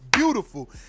beautiful